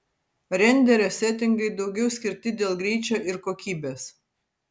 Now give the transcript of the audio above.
renderio setingai daugiau skirti dėl greičio ir kokybės